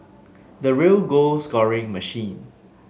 the real goal scoring machine